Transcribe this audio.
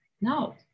No